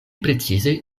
precize